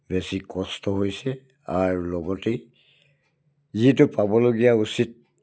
বেছি কষ্ট হৈছে আৰু লগতেই যিটো পাবলগীয়া উচিত